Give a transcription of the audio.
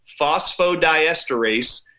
phosphodiesterase